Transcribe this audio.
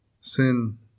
Sin